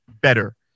better